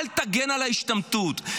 אל תגן על ההשתמטות,